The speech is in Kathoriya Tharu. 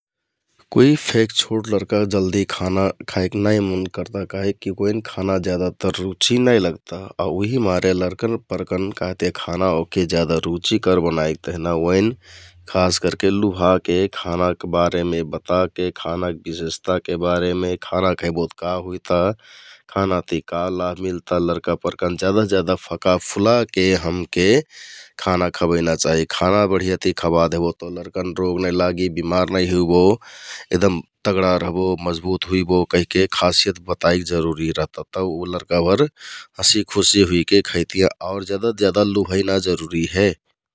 कुइ फेक छोट लरका जलदि खाना खाइ नाइ मन करता काहिकि ओइन खाना ज्यादातर रुचि नाइ लगता आउ उहिमारे लरकन परकन काकहतियाँ खाना ओहके ज्यादा रुचिकर बनाइक तेहना ओइन खास करके लुभाके, खानाक बारेमे बताके, खानाक बिशेषताके बारेमे खाना खैबोत का हुइता? खाना ति का लाभ मिलता? लरका परकन ज्यादा ज्यादा फका फुलाके खाना खबैना चाहि । खाना बढियाति खबा दहबो तौ लरकन रोग नाइ लागि, बिमार हुइबो एगदम तगडा रहबो, मजबुत हुइबो कहिके खासियत बताइक जरुरि रहता तौ उ लरकाभर हँसिखुसि हुइके खैतियाँ । आउर ज्यादा ज्यादा लुभैना जरुरी हे ।